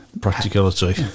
practicality